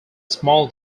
small